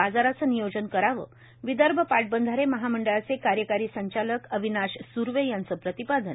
बाजाराचं नियोजन करावं विदर्भ पाटबंधारे महामंडळाचे कार्यकारी संचालक अविनाश सर्वे यांचं प्रतिपादन